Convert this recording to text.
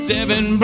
Seven